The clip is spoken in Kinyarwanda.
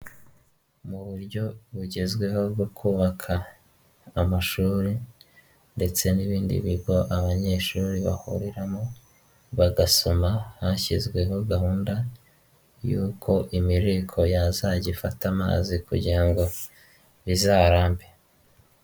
Mu buryo bugezweho bwo kubaka amashuri ndetse n'ibindi bigo abanyeshuri bahuriramo bagasoma hashyizweho gahunda y'uko imirego yazajya ifata amazi kugira ngo bizarambe.